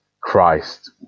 Christ